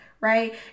right